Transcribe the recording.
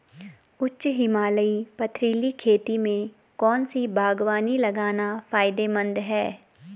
उच्च हिमालयी पथरीली खेती में कौन सी बागवानी लगाना फायदेमंद है?